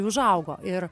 užaugo ir